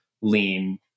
lean